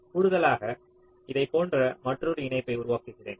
கூடுதலாக இதைப் போன்ற மற்றொரு இணைப்பை உருவாக்குகிறேன்